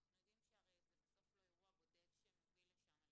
אנחנו יודעים שהרי זה בסוף לא אירוע בודד שמוביל לשם,